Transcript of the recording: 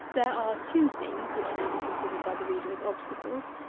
there are two things which may be considered by the reader as obstacles.